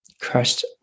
crushed